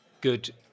good